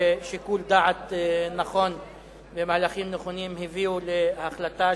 שיקול דעת נכון ומהלכים נכונים הביאו להחלטה